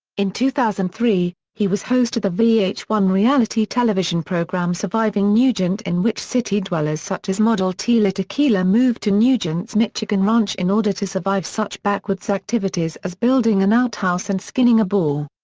in two thousand and three, he was host of the v h one reality television program surviving nugent in which city dwellers such as model tila tequila moved to nugent's michigan ranch in order to survive such backwoods activities as building an outhouse and skinning a boar.